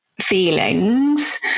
feelings